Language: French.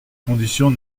condition